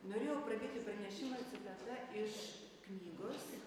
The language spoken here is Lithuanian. norėjau pradėti pranešimą citata iš knygos